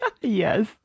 Yes